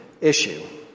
issue